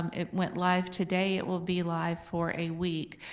um it went live today, it will be live for a week.